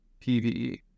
PVE